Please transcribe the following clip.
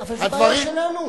אבל זו בעיה שלנו.